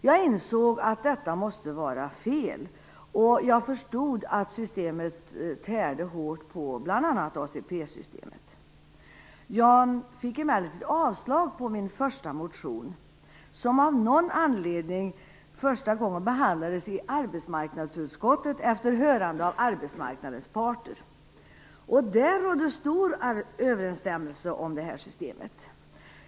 Jag insåg att detta måste vara fel och jag förstod att systemet tärde hårt på bl.a. ATP-systemet. Jag fick emellertid avslag på min första motion, som av någon anledning första gången behandlades i arbetsmarknadsutskottet efter hörande av arbetsmarknadens parter. Där rådde stort samförstånd om detta system.